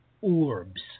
orbs